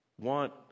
want